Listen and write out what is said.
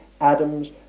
Adam's